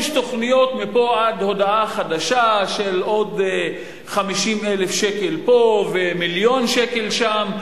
יש תוכניות מפה עד הודעה חדשה של עוד 50,000 ש"ח פה ומיליון שקל שם.